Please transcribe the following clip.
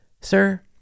sir